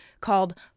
called